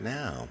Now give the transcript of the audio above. now